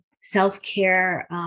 self-care